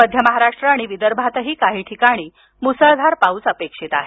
मध्य महाराष्ट्र आणि विदर्भातही काही ठिकाणी मुसळधार पाऊस अपेक्षित आहे